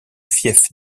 fief